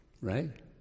Right